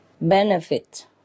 benefit